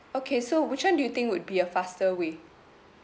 okay so which one do you think would be a faster way